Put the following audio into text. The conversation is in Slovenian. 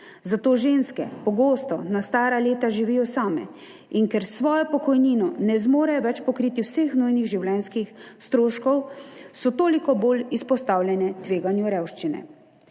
Zato ženske pogosto na stara leta živijo same in ker s svojo pokojnino ne zmorejo več pokriti vseh nujnih življenjskih stroškov, so toliko bolj izpostavljene tveganju revščine.